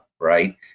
right